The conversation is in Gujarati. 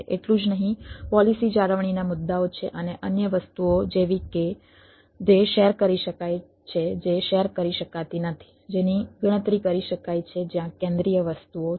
એટલું જ નહીં પોલિસી જાળવણીના મુદ્દાઓ છે અને અન્ય વસ્તુઓ જેવી કે જે શેર કરી શકાય છે જે શેર કરી શકાતી નથી જેની ગણતરી કરી શકાય છે જ્યાં કેન્દ્રીય વસ્તુઓ છે